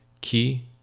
key